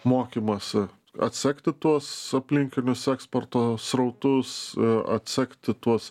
mokymosi atsekti tuos aplinkinius eksporto srautus atsekti tuos